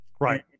Right